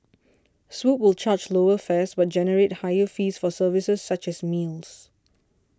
swoop will charge lower fares but generate higher fees for services such as meals